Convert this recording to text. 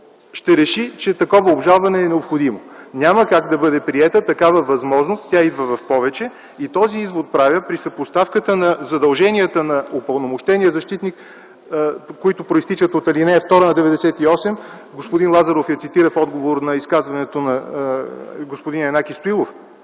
ще реши, че такова обжалване е необходимо? Няма как да бъде приета такава възможност, тя идва в повече. Този извод правя при съпоставката на задълженията на упълномощения защитник, които произтичат от ал. 2 на чл. 98 – господин Лазаров я цитира в отговор на изказването на господин Янаки Стоилов